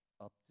up